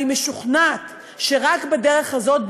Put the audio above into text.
אני משוכנעת שרק בדרך הזאת,